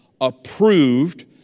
approved